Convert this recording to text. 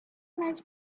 nice